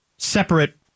Separate